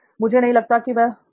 मुझे नहीं लगता कि वह होगा